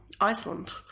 Iceland